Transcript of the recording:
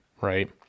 Right